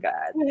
God